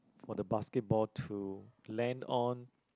for the basketball to land on